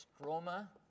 stroma